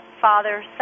father